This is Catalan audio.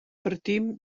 partim